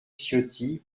ciotti